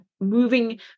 moving